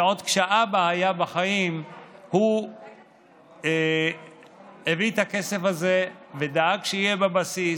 עוד כשהאבא היה בחיים הוא הביא את הכסף הזה ודאג שיהיה בבסיס.